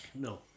No